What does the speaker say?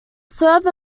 serve